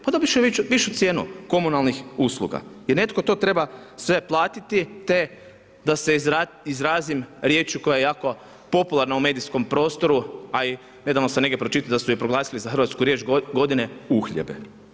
Pa dobit će višu cijenu komunalnih usluga i netko to treba sve platiti te da se izrazim riječju koja je jako popularna u medijskom prostoru, a i nedavno sam negdje pročitao da su je proglasili za hrvatsku riječ godine, uhljebe.